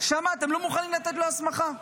שם אתם לא מוכנים לתת לו הסמכה.